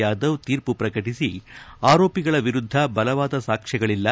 ಯಾಧವ್ ತೀರ್ಪು ಶ್ರಕಟಿಸಿ ಆರೋಪಿಗಳ ವಿರುದ್ದ ಬಲವಾದ ಸಾಕ್ಷ್ಮಗಳಿಲ್ಲ